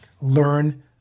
learn